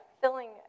filling